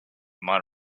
might